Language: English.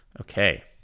Okay